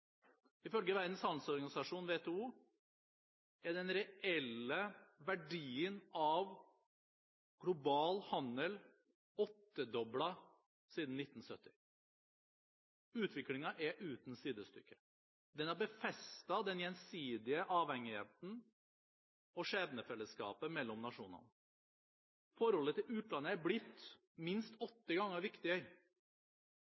Ifølge Verdens handelsorganisasjon, WTO, er den reelle verdien av global handel åttedoblet siden 1970. Utviklingen er uten sidestykke. Den har befestet den gjensidige avhengigheten og skjebnefellesskapet mellom nasjonene. Forholdet til utlandet er blitt minst